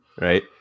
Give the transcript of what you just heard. Right